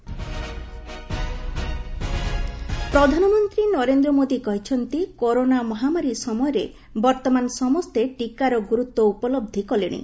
ମନ୍ କି ବାତ୍ ପ୍ରଧାନମନ୍ତ୍ରୀ ନରେନ୍ଦ୍ର ମୋଦି କହିଛନ୍ତି କରୋନା ମହାମାରୀ ସମୟରେ ବର୍ତ୍ତମାନ ସମସ୍ତେ ଟିକାର ଗୁରୁତ୍ୱ ଉପଲବ୍ଧ କଲେଣି